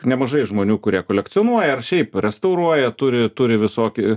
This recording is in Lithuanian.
nemažai žmonių kurie kolekcionuoja ar šiaip restauruoja turi turi visokį